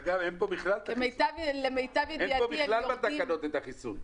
אגב, אין פה בכלל בתקנות את החיסון.